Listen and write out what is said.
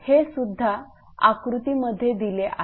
हे सुद्धा आकृतीमध्ये दिले आहे